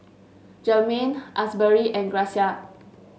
Jermaine Asbury and Gracia